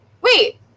Wait